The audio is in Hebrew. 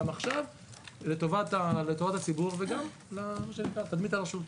עכשיו לטובת הציבור וגם לתדמית הרשות.